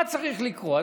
מה צריך לקרות?